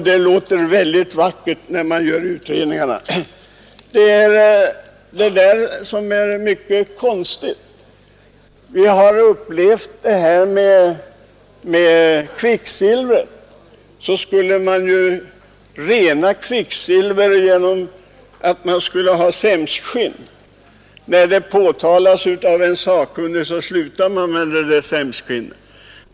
Det låter mycket vackert när man redovisar utredningarna, men mycket därvidlag är konstigt. Vi har t.ex. upplevt att man skulle rena kvicksilver med hjälp av sämskskinn, men när det felaktiga i det förfarandet påtalades av en sakkunnig slutade man med sämskskinnet.